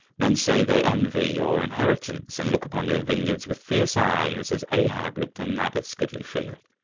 men say they envy your inheritance and look upon your vineyards with fierce eyes as ahab looked on naboth's goodly field.